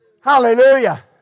Hallelujah